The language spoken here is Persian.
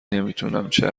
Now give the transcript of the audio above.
نمیتونم، چه